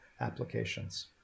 applications